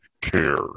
care